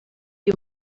you